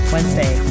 Wednesday